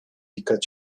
dikkat